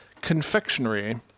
confectionery